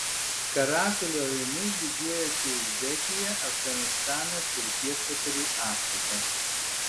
karakulio avimis didžiuojasi uzbekija afganistanas ir pietvakarių afrika